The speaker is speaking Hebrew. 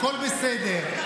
הכול בסדר.